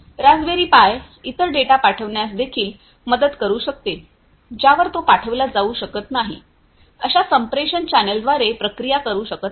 Raspberry Pi इतर data पाठविण्यास देखील मदत करू शकते ज्यावर तो पाठविला जाऊ शकत नाही अशा संप्रेषण चॅनेलद्वारे प्रक्रिया करू शकत नाही